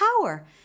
power